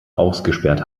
ausgesperrt